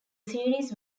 series